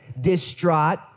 distraught